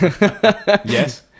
Yes